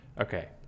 okay